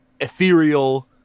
ethereal